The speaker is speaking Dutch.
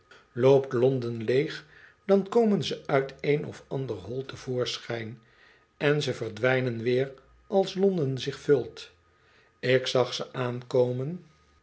londen leeg dan komen ze uit een of ander hol te voorschijn en ze verdwijnen weer als l o n d e n zich vult ik zag ze aankomen